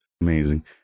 Amazing